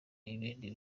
ibindi